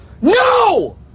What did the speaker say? No